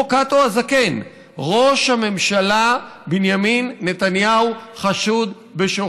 קאטו הזקן: ראש הממשלה בנימין נתניהו חשוד בשוחד.